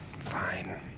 fine